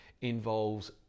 involves